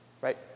Right